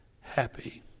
happy